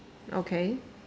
okay